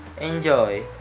enjoy